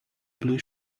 blue